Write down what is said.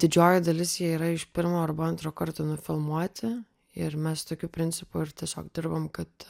didžioji dalis jie yra iš pirmo arba antro karto nufilmuoti ir mes tokiu principu ir tiesiog dirbam kad